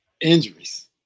injuries